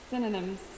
synonyms